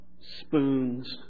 spoons